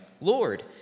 Lord